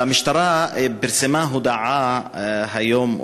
המשטרה פרסמה היום,